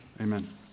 Amen